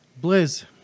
Blizz